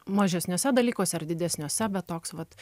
mažesniuose dalykuose ar didesniuose bet toks vat